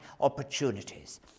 opportunities